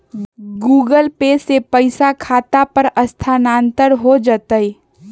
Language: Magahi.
गूगल पे से पईसा खाता पर स्थानानंतर हो जतई?